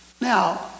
Now